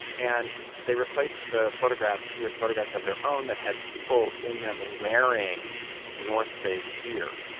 and they replaced the photographs with photographs of their own that had people in them wearing north face gear